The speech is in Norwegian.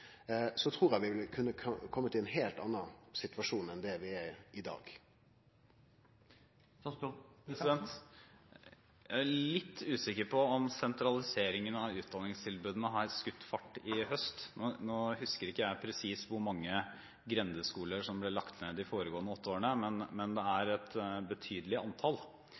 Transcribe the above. i ein heilt anna situasjon enn den vi er i. Jeg er litt usikker på om sentraliseringen av utdanningstilbudene har skutt i fart i høst. Nå husker ikke jeg presist hvor mange grendeskoler som ble lagt ned de foregående åtte årene, men det er et betydelig antall,